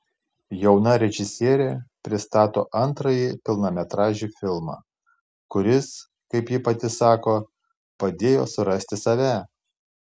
jauna režisierė pristato antrąjį pilnametražį filmą kuris kaip ji pati sako padėjo surasti save